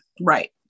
Right